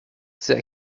c’est